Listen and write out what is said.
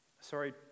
sorry